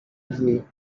dni